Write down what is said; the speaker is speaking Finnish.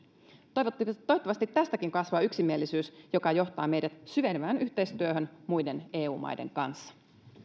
toivottavasti toivottavasti tästäkin kasvaa yksimielisyys joka johtaa meidät syvenevään yhteistyöhön muiden eu maiden kanssa